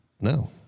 No